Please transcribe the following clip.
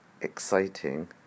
exciting